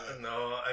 no